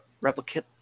replicate